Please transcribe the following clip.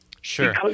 Sure